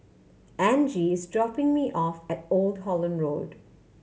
Angie is dropping me off at Old Holland Road